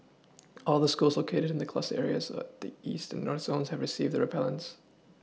all the schools located in the cluster areas the east and North zones have received the repellents